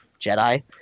Jedi